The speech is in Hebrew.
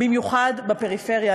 במיוחד בפריפריה,